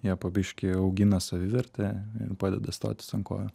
jie po biškį augina savivertę ir padeda stotis ant kojų